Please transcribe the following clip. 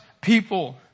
people